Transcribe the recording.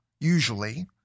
usually